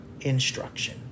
instruction